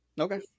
Okay